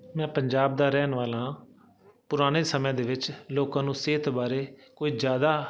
ਮੈਂ ਪੰਜਾਬ ਦਾ ਰਹਿਣ ਵਾਲਾ ਹਾਂ ਪੁਰਾਣੇ ਸਮੇਂ ਦੇ ਵਿੱਚ ਲੋਕਾਂ ਨੂੰ ਸਿਹਤ ਬਾਰੇ ਕੁਝ ਜ਼ਿਆਦਾ